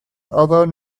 although